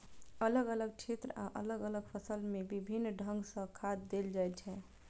अलग अलग क्षेत्र आ अलग अलग फसल मे विभिन्न ढंग सं खाद देल जाइ छै